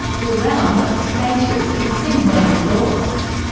the grounds are spacious, and seem well-resourced.